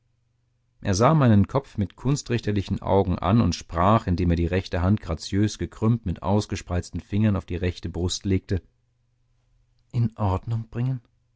er sah meinen kopf mit kunstrichterlichen augen an und sprach indem er die rechte hand graziös gekrümmt mit ausgespreizten fingern auf die rechte brust legte in ordnung bringen